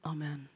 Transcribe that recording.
Amen